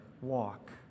walk